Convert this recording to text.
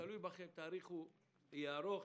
זה תלוי בכם: אם תאריכו בדברים יהיה ארוך,